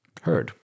heard